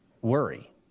Worry